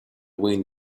wind